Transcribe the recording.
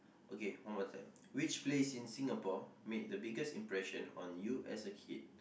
okay one more time which place in Singapore made the biggest impression on you as a kid